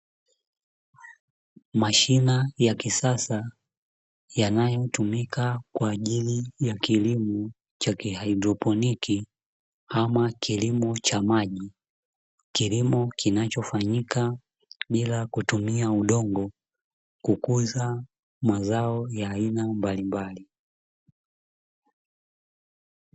Mashina ya kisasa, yanayotumika kwa ajili ya kilimo cha kihaidroponiki ama kilimo cha maji, kilimo kinachofanyika bila kutumia udongo, kukuza mazao ya aina mbalimbali.